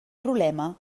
problema